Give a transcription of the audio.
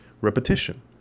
repetition